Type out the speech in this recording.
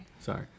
Sorry